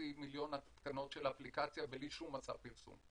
מיליון התקנות של אפליקציה בלי שום מסע פרסום.